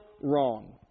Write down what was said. wrong